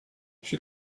she